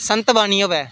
संत वाणि होवै